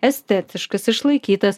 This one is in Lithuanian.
estetiškas išlaikytas